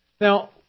Now